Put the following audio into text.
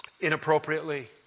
inappropriately